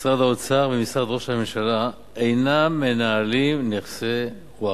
משרד האוצר ומשרד ראש הממשלה אינם מנהלים נכסי ווקף.